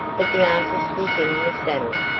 but the artist was in the saddle.